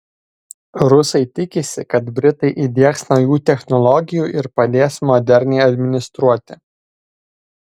rusai tikisi kad britai įdiegs naujų technologijų ir padės moderniai administruoti